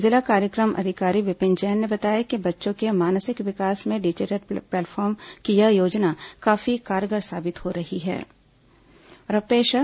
जिला कार्यक्रम अधिकारी विपिन जैन ने बताया कि बच्चों के मानसिक विकास में डिजिटल प्लेटफॉर्म की यह योजना काफी कारगार साबित हो रही है